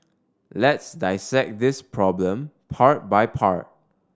let's dissect this problem part by part